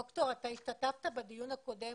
דוקטור, אתה השתתפת בדיון הקודם